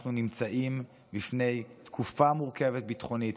אנחנו נמצאים לפני תקופה מורכבת ביטחונית,